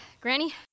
Granny